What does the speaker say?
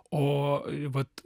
o vat